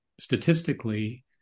statistically